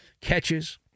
catches